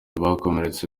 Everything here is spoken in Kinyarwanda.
bakomeretse